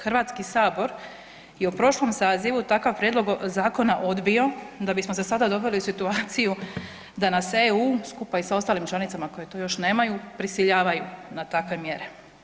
Hrvatski sabor je u prošlom sazivu takav prijedlog zakona odbio, da bismo se sada doveli u situaciju da nas EU skupa i sa ostalim članicama koje to još nemaju prisiljavaju na takve mjere.